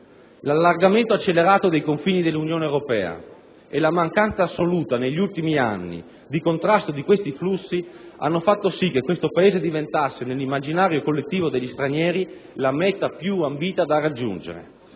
L'allargamento accelerato dei confini dell'Unione Europea e la mancanza assoluta negli ultimi anni di contrasto dei flussi hanno fatto sì che questo Paese diventasse nell'immaginario collettivo degli stranieri la meta più ambita da raggiungere: